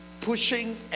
pushing